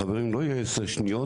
חברים לא יהיו 10 שניות,